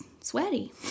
sweaty